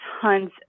tons